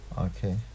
Okay